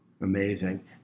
Amazing